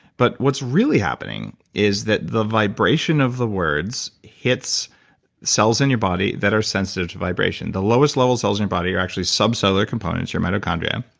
but what's really happening is that the vibration of the words hits cells in your body that are sensitive to vibration. the lowest level cells in your body are actually sub cellular components. your mitochondria.